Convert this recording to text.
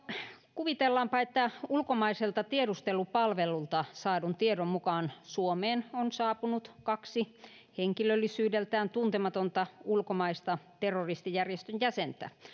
kuvitellaanpa että ulkomaiselta tiedustelupalvelulta saadun tiedon mukaan suomeen on saapunut kaksi henkilöllisyydeltään tuntematonta ulkomaista terroristijärjestön jäsentä